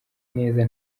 neza